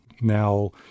Now